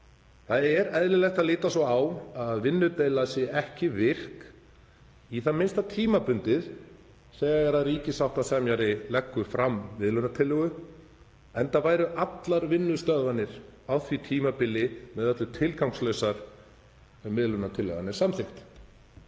vikur. Eðlilegt er að líta svo á að vinnudeila sé ekki virk, í það minnsta tímabundið, þegar ríkissáttasemjari leggur fram miðlunartillögu, enda væru allar vinnustöðvanir á því tímabili með öllu tilgangslausar ef miðlunartillagan er samþykkt.